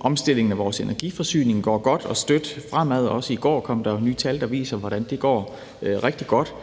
Omstillingen af vores energiforsyning går godt og støt fremad. Også i går kom der nye tal, der viser, at det går rigtig godt,